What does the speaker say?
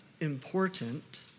important